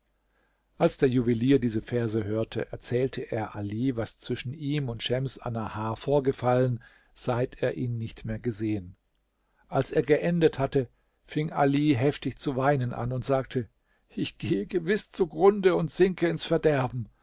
als der juwelier diese verse hörte erzählte er ali was zwischen ihm und schems annahar vorgefallen seit er ihn nicht mehr gesehen als er geendet hatte fing ali heftig zu weinen an und sagte ich gehe gewiß zugrunde und sinke ins verderben